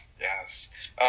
Yes